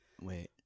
Wait